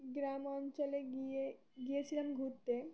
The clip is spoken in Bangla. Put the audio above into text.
গ্রাম অঞ্চলে গিয়ে গিয়েছিলাম ঘুরতে